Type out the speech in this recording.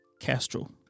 Castro